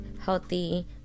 healthy